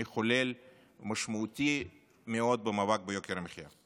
מחולל משמעותי מאוד במאבק ביוקר המחיה.